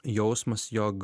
jausmas jog